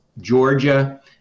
Georgia